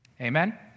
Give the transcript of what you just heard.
Amen